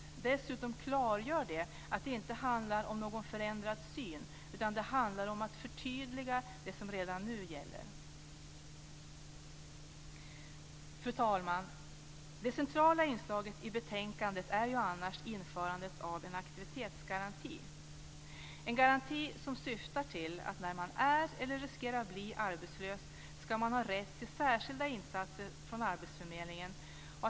Dels klargör det att det inte handlar om någon förändrad syn, utan det handlar om att förtydliga det som redan nu gäller. Fru talman! Det centrala inslaget i betänkandet är annars införandet av en aktivitetsgaranti - en garanti som syftar till att man när man är, eller riskerar att bli, arbetslös ska ha rätt till särskilda insatser från arbetsförmedlingen.